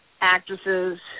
actresses